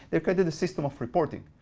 they created a system of reporting,